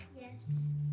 Yes